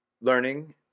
learning